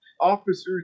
officers